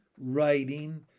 writing